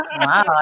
Wow